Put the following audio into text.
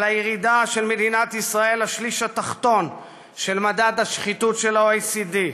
על הירידה של מדינת ישראל לשליש התחתון במדד השחיתות של ה-OECD.